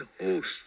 host